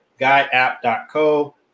guideapp.co